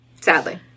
sadly